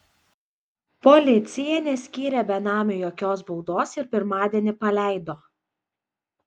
policija neskyrė benamiui jokios baudos ir pirmadienį paleido